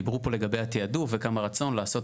ודיברו פה לגבי התעדוף וכמה רצון לעשות